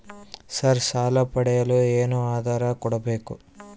Sir ಸಾಲ ಪಡೆಯಲು ಏನು ಆಧಾರ ಕೋಡಬೇಕು?